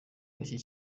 gacye